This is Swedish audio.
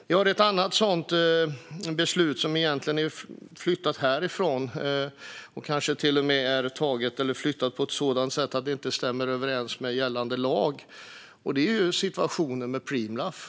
Vi har ett annat sådant beslut, som egentligen är flyttat härifrån - kanske till och med flyttat och taget på ett sådant sätt att det inte stämmer överens med gällande lag - och det gäller Preemraff.